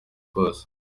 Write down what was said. kose